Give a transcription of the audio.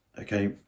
Okay